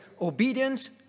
Obedience